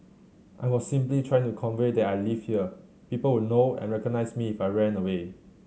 I was simply trying to convey that I lived here people would know and recognise me if I ran away